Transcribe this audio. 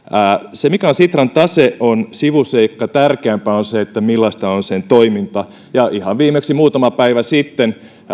se mikä on sitran tase on sivuseikka tärkeämpää on se millaista on sen toiminta ihan viimeksi muutama päivä sitten